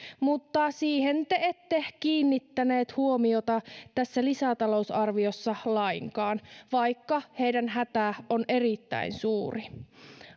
mutta siihen te ette kiinnittäneet huomiota tässä lisätalousarviossa lainkaan vaikka heidän hätänsä on erittäin suuri